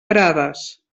prades